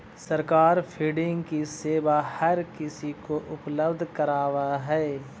सरकार फंडिंग की सेवा हर किसी को उपलब्ध करावअ हई